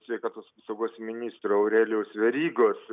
sveikatos apsaugos ministro aurelijaus verygos